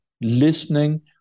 listening